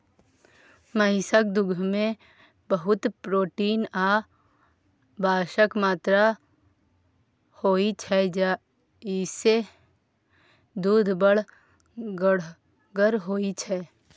महिषक दुधमे बहुत प्रोटीन आ बसाक मात्रा होइ छै जाहिसँ दुध बड़ गढ़गर होइ छै